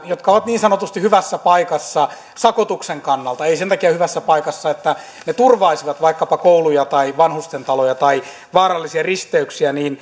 jotka ovat niin sanotusti hyvässä paikassa sakotuksen kannalta ei sen takia hyvässä paikassa että ne turvaisivat vaikkapa kouluja tai vanhustentaloja tai vaarallisia risteyksiä